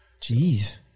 Jeez